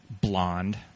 blonde